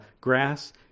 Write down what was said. grass